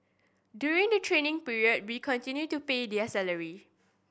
during the training period we continue to pay their salary